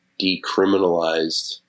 decriminalized